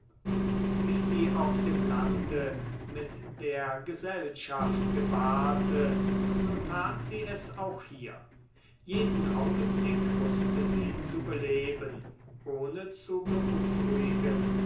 wie sie auf dem lande mit der gesellschaft gebarte so tat sie es auch hier jeden augenblick wußte sie zu beleben ohne zu beunruhigen